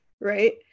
right